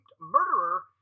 murderer